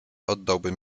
oddałbym